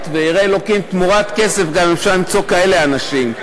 ויראי ה' תמורת כסף אפשר גם למצוא כאלה אנשים.